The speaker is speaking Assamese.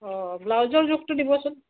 অঁ ব্লাউজৰ জোখটো দিবচোন